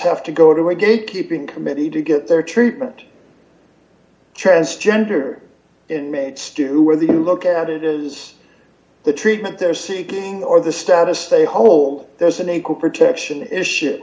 have to go to a good keeping committee to get their treatment chance gender inmates to wear the look at it is the treatment they're seeking or the status they hold there's an equal protection issue